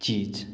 चिज